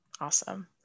Awesome